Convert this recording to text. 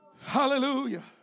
Hallelujah